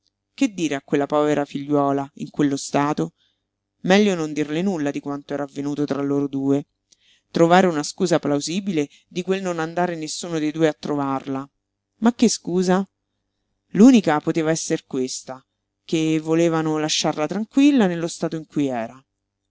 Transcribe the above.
che dire a quella povera figliuola in quello stato meglio non dirle nulla di quanto era avvenuto tra loro due trovare una scusa plausibile di quel non andare nessuno de due a trovarla ma che scusa l'unica poteva esser questa che volevano lasciarla tranquilla nello stato in cui era